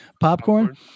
popcorn